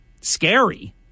scary